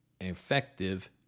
effective